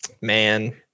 man